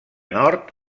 nord